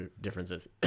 differences